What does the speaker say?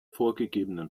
vorgegebenen